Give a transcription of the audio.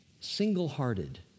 single-hearted